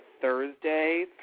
Thursday